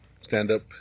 stand-up